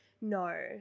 No